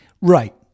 Right